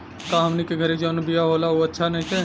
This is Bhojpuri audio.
का हमनी के घरे जवन बिया होला उ अच्छा नईखे?